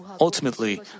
Ultimately